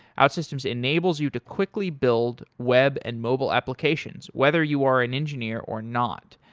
outsystems enables you to quickly build web and mobile applications whether you are an engineer or not.